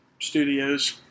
Studios